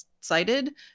cited